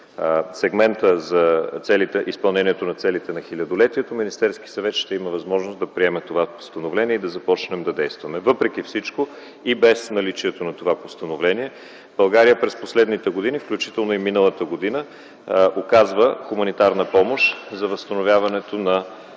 сегмента за изпълнението на целите на Хилядолетието, Министерският съвет ще има възможност да приеме това постановление и да започнем да действаме. Въпреки всичко и без наличието на това постановление, България през последните години, включително и миналата година, оказва хуманитарна помощ за възстановяването на